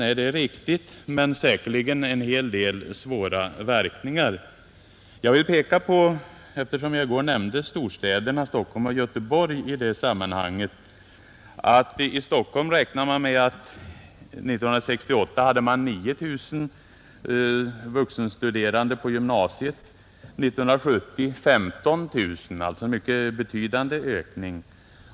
Nej, det är riktigt, men det blir säkerligen en hel del svåra verkningar. Jag vill peka på, eftersom jag i går nämnde storstäderna Stockholm och Göteborg i det sammanhanget, att i Stockholm beräknar man att det år 1968 var 9 000 vuxenstuderande på gymnasiet, medan det år 1970 var 15 000, alltså en mycket betydande ökning.